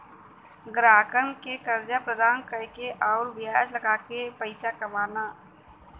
ग्राहकन के कर्जा प्रदान कइके आउर ब्याज लगाके करके पइसा कमाना हौ